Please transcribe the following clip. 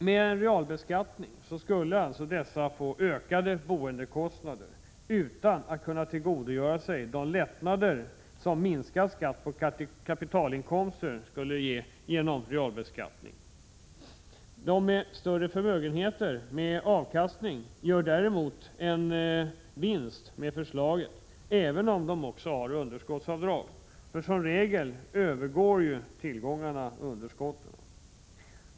Med en realbeskattning skulle de få ökade boendekostnader utan att kunna tillgodogöra sig de lättnader som minskad skatt på kapitalinkomster skulle ge. Personer med större förmögenheter med avkastning gör däremot en vinst genom förslaget, även om de också har underskottsavdrag. Som regel övergår ju tillgångarna underskotten.